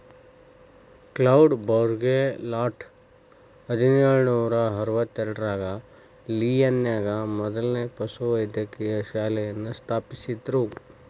cloud Bourgelat ಹದಿನೇಳು ನೂರಾ ಅರವತ್ತೆರಡರಾಗ ಲಿಯಾನ್ ನ್ಯಾಗ ಮೊದ್ಲನೇ ಪಶುವೈದ್ಯಕೇಯ ಶಾಲೆಯನ್ನ ಸ್ಥಾಪಿಸಿದ್ರು